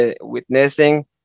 witnessing